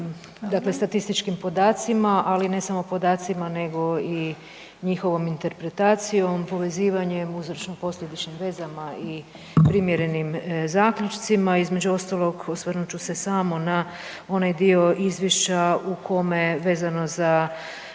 obiluje statističkim podacima, ali ne samo podacima nego i njihovom interpretacijom, povezivanjem uzročno posljedičnim vezama i primjerenim zaključcima. Između ostalog osvrnut ću se samo na onaj dio izvješća u kome vezano za